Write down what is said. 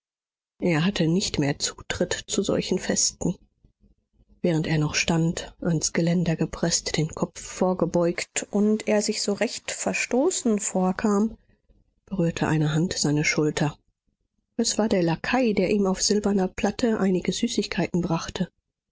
er hatte nicht mehr zutritt zu solchen festen während er noch stand ans geländer gepreßt den kopf vorgebeugt und er sich so recht verstoßen vorkam berührte eine hand seine schulter es war der lakai der ihm auf silberner platte einige süßigkeiten brachte